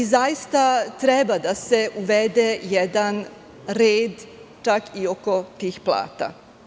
Zaista treba da se uvede jedan red, čak i oko tih plata.